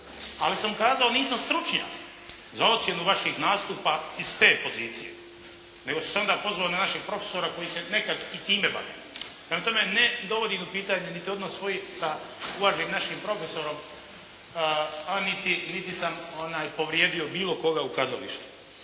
Ali sam kazao, nisam stručnjak za ocjenu vaših nastupa iz te pozicije nego sam se onda pozvao na našeg profesora koji se nekad i time bavio. Prema tome ne dovodim u pitanje niti odnos svoj sa uvaženim našim profesorom, a niti sam povrijedio bilo koga u kazalištu.